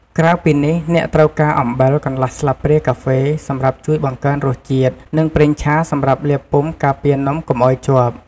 ក្រៅពីនេះ អ្នកត្រូវការ អំបិល កន្លះស្លាបព្រាកាហ្វេ សម្រាប់ជួយបង្កើនរសជាតិ និង ប្រេងឆា សម្រាប់លាបពុម្ពការពារនំកុំឱ្យជាប់។